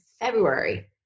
February